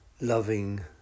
loving